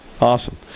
Awesome